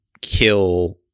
kill